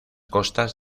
costas